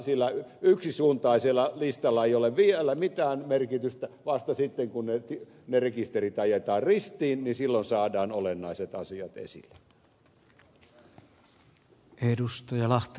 sillä yksisuuntaisella listalla ei ole vielä mitään merkitystä vasta sitten kun ne rekisterit ajetaan ristiin silloin saadaan olennaiset asiat esille